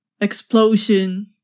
explosion